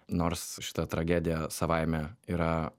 nors šita tragedija savaime yra